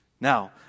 Now